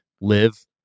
live